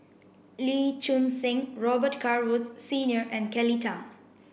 Lee Choon Seng Robet Carr Woods Senior and Kelly Tang